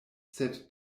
sed